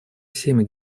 всеми